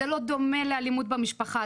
זה לא דומה לאלימות במשפחה,